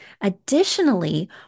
Additionally